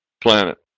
planet